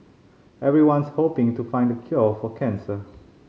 everyone's hoping to find the cure for cancer